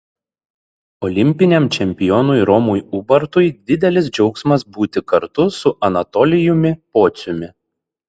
olimpiniam čempionui romui ubartui didelis džiaugsmas būti kartu su anatolijumi pociumi